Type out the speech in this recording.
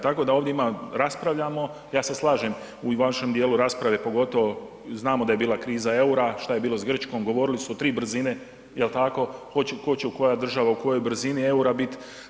Tako da o njima raspravljamo, ja se slažem u vašem dijelu rasprave pogotovo znamo da je bila kriza eura, šta je bilo sa Grčkom, govorili su o tri brzine, je li tako, tko će koja država u kojoj brzini eura biti.